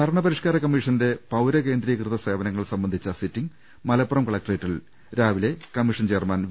ഭരണ പരിഷ്കാര കമ്മിഷന്റെ പൌര കേന്ദ്രീകൃതി സേവനങ്ങൾ സംബ ന്ധിച്ച സിറ്റിങ് മലപ്പുറം കളക്ടറേറ്റിൽ രാവിലെ കമ്മിഷൻ ചെയർമാൻ വി